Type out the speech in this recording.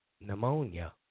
pneumonia